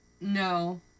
No